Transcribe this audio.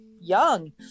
young